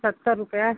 सत्तर रुपया